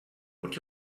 would